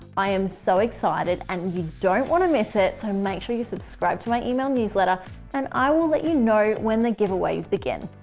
i am so excited and you don't want to miss it. so make sure you subscribe to my email newsletter and i will let you know when the giveaways begin.